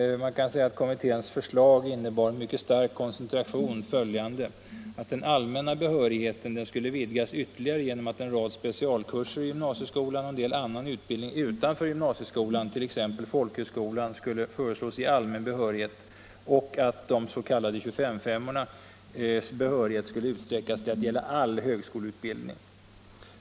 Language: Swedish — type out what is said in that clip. Man kan säga att kommitténs förslag i mycket stark koncentration innebar följande: Den allmänna behörigheten skulle vidgas ytterligare genom att en rad specialkurser i gymnasieskolan och en del annan utbildning utanför gymnasieskolan, t.ex. folkhögskolan, skulle föreslås ge allmän behörighet. De s.k. 25:5-ornas behörighet skulle utsträckas till att gälla all högskoleutbildning.